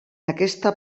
aquesta